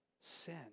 sin